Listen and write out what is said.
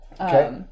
Okay